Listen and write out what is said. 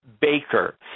Baker